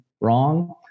wrong